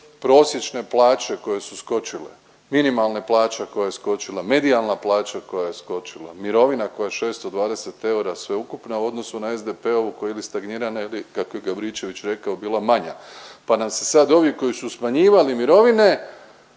prosječne plaće koje su skočile, minimalna plaće koja je skočila, medijalna plaća koja je skočila, mirovina koja je 620 eura sveukupna u odnosu na SDP-ovu koja ili stagnira ili kako je Gabričević rekao, bila manja, pa nam se sad ovi koji su smanjivali mirovine